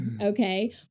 okay